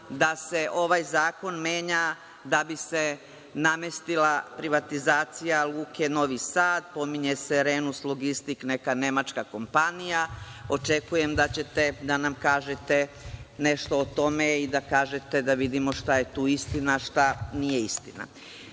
da se ovaj zakon menja da bi se namestila privatizacija Luke Novi Sad. Pominje se „Renus logistik“, neka nemačka kompanija. Očekujem da ćete da nam kažete nešto o tome i da kažete da vidimo šta je tu istina, šta nije istina. Ne